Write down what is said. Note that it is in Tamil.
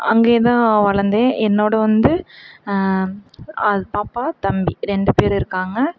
அங்கே தான் வளர்ந்தேன் என்னோடய வந்து அது பாப்பா தம்பி ரெண்டு பேர் இருக்காங்க